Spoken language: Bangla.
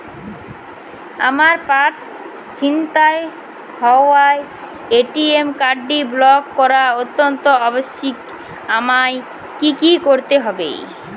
আমার পার্স ছিনতাই হওয়ায় এ.টি.এম কার্ডটি ব্লক করা অত্যন্ত আবশ্যিক আমায় কী কী করতে হবে?